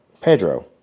Pedro